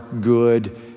good